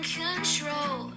control